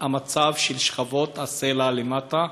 המצב של שכבות הסלע למטה,